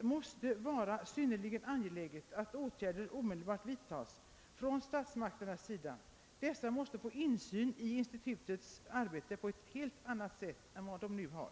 >måste anses synnerligen angeläget att åtgärder omedelbart vidtages från statsmakternas sida; dessa måste få insyn i institutets arbete på ett helt annat sätt än vad man nu har>.